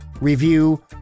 review